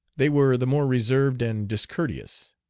they were the more reserved and discourteous.